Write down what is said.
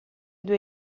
due